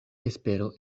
espero